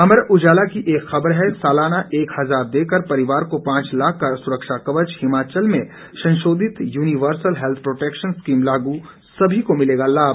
अमर उजाला की एक खबर है सालाना एक हजार देकर परिवार को पांच लाख का सुरक्षा कवच हिमाचल में संशोधित यूनिवर्सल हैल्थ प्रोटैक्शन स्कीम लागू समी को मिलेगा लाम